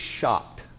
shocked